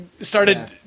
started